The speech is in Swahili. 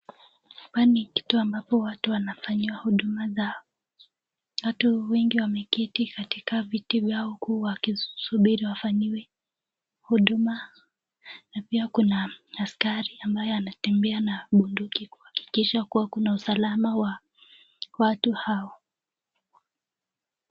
Hapa ni kitu ambapo watu wanafanyiwa huduma zao. Watu wengi wameketi katika viti vyao huku wakisubiri wafanyiwe huduma. Na pia kuna askari ambaye anatembea na bunduki kuhakikisha kuwa kuna usalama wa watu hao.